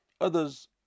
Others